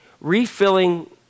Refilling